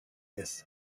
ist